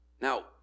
Now